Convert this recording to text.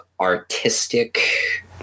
artistic